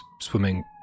swimming